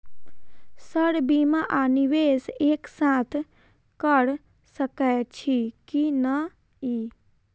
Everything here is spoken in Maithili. सर बीमा आ निवेश एक साथ करऽ सकै छी की न ई?